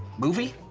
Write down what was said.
movie?